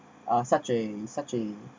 uh such and such a